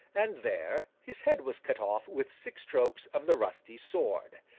and there his head was cut off with six strokes of the rusty sword.